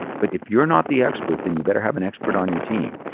but if you're not the expert, then you better have an expert on your team.